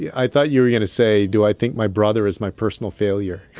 yeah i thought you were going to say, do i think my brother is my personal failure?